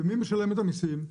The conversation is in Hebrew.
ומי משלם את המיסים?